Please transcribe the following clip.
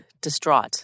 distraught